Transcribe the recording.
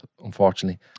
unfortunately